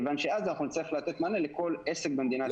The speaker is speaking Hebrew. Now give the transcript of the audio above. מכיוון שאז אנחנו נצטרך לתת מענה לכל עסק במדינת ישראל.